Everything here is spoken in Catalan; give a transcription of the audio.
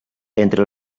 entre